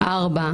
דבר רביעי,